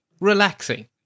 relaxing